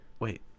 Wait